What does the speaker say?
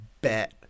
Bet